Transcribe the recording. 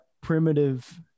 primitive